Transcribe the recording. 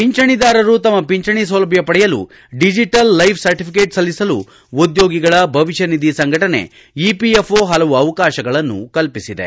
ಪಿಂಚಣಿದಾರರು ತಮ್ನ ಪಿಂಚಣಿ ಸೌಲಭ್ಯ ಪಡೆಯಲು ಡಿಜಿಟಲ್ ಲೈಪ್ ಸರ್ಟಫಿಕೇಟ್ ಸಲ್ಲಿಸಲು ಉದ್ಲೋಗಿಗಳ ಭವಿಷ್ಣನಿಧಿ ಸಂಘಟನೆ ಇಪಿಎಫ್ಓ ಹಲವು ಅವಕಾಶಗಳನ್ನು ಕಲ್ಪಿಸಿದೆ